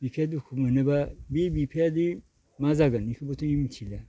बिफाया दुखु मोनोब्ला बे बिफाया दि मा जागोन इखोबोथ' बियो मिथिला